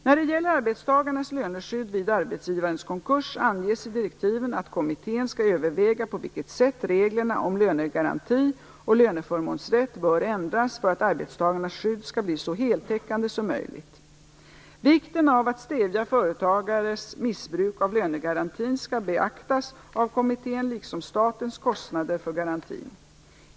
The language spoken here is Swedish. När det gäller arbetstagarnas löneskydd vid arbetsgivarens konkurs anges i direktiven att kommittén skall överväga på vilket sätt reglerna om lönegaranti och löneförmånsrätt bör ändras för att arbetstagarnas skydd skall bli så heltäckande som möjligt. Vikten av att stävja företagares missbruk av lönegarantin skall beaktas av kommittén liksom statens kostnader för garantin.